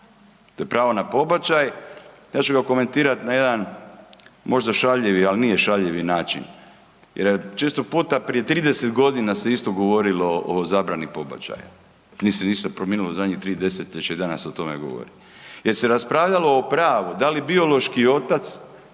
To je pravo na pobačaj, ja ću ga komentirati na jedan možda šaljivi, ali nije šaljivi način, jer često puta prije 30 godina se isto govorilo o zabrani pobačaja. Nije se ništa promijenilo u zadnjih 3 desetljeća i danas se o tome govori, jer se raspravljalo o pravu da li biološki otac